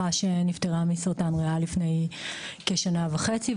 שנפטרה מסרטן הריאה לפני כשנה וחצי,